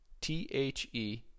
T-H-E